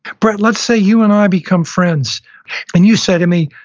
brett, let's say you and i become friends and you say to me,